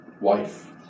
wife